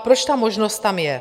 Proč ta možnost tam je?